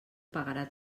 pagarà